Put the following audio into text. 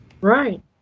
Right